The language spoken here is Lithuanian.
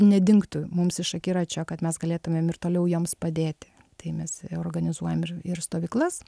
nedingtų mums iš akiračio kad mes galėtumėm ir toliau joms padėti tai mes organizuojam ir ir stovyklas